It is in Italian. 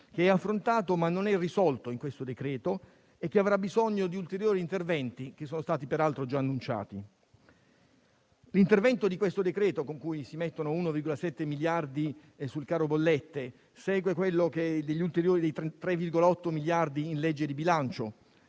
che è affrontato ma non è risolto in questo decreto e avrà bisogno di ulteriori interventi che sono stati peraltro già annunciati. L'intervento di questo decreto, con cui si stanziano 1,7 miliardi per il caro bollette, segue gli ulteriori 3,8 miliardi stanziati in legge di bilancio,